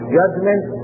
judgment